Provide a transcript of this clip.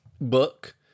book